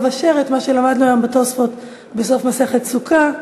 אשר את מה שלמדנו היום בתוספות בסוף מסכת סוטה,